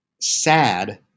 sad